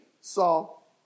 Saul